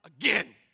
again